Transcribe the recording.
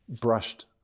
brushed